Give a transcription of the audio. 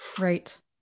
Right